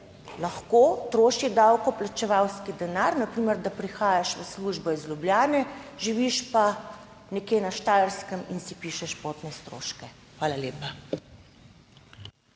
lahko troši davkoplačevalski denar, na primer da prihajaš v službo iz Ljubljane, živiš pa nekje na Štajerskem in si pišeš potne stroške. Hvala lepa.